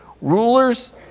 rulers